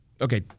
okay